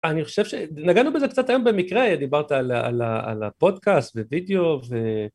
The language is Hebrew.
אני חושב ש...נגענו בזה קצת היום במקרה, דיברת על הפודקאסט ווידאו ו...